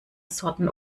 sorten